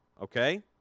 Okay